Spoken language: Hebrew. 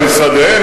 במשרדיהם,